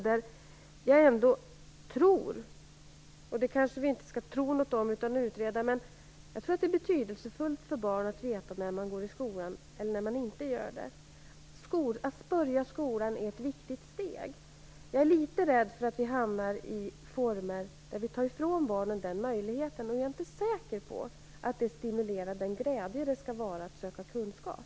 Jag tror ändå - och det skall vi kanske inte tro något om, utan i stället utreda - att det är betydelsefullt för barn att veta när de går i skolan och när de inte gör det. Att börja skolan är ett viktigt steg. Jag är litet rädd för att vi hamnar i former där vi tar ifrån barnen den möjligheten. Jag är inte säker på att det stimulerar den glädje det skall vara att söka kunskap.